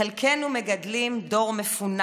חלקנו מגדלים דור מפונק,